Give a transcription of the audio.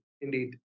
indeed